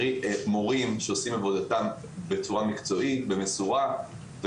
מורים שעושים את עבודתם בצורה מקצועית ומסורה.